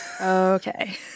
Okay